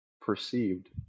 perceived